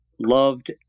loved